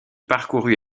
parcourut